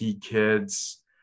kids